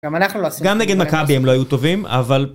גם אנחנו לא- גם נגד מכבי הם לא היו טובים, אבל